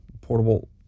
portable